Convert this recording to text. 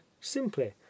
simply